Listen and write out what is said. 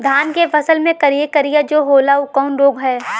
धान के फसल मे करिया करिया जो होला ऊ कवन रोग ह?